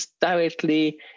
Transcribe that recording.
directly